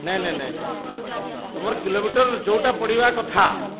ନାଇଁ ନାଇଁ ନାଇଁ ନାଇଁ ତମର କିଲୋମିଟର ଯେଉଁଟା ପଡ଼ିବା କଥା